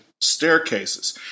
staircases